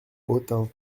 autun